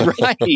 Right